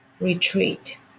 retreat